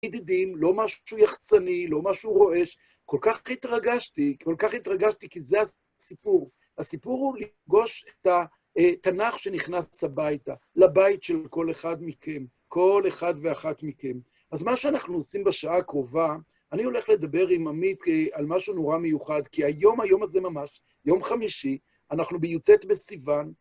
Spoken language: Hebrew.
ידידים, לא משהו שהוא יחצני, לא משהו רועש. כל כך התרגשתי, כל כך התרגשתי, כי זה הסיפור. הסיפור הוא לפגוש את התנך שנכנס הביתה, לבית של כל אחד מכם, כל אחד ואחת מכם. אז מה שאנחנו עושים בשעה הקרובה, אני הולך לדבר עם עמית על משהו נורא מיוחד, כי היום, היום הזה ממש, יום חמישי, אנחנו בי"ט בסיון.